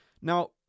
Now